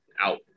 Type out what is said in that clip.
out